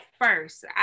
first